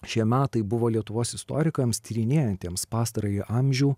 šie metai buvo lietuvos istorikams tyrinėjantiems pastarąjį amžių